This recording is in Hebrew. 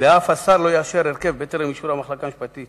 ואף השר לא יאשר הרכב בטרם תאשר המחלקה המשפטית